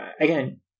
Again